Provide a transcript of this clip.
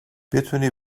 بتونی